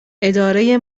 اداره